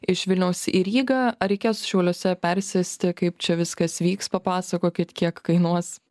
iš vilniaus į rygą ar reikės šiauliuose persėsti kaip čia viskas vyks papasakokit kiek kainuos